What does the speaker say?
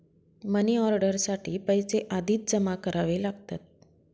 money order साठी पैसे आधीच जमा करावे लागतात